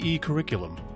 curriculum